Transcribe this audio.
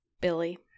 Billy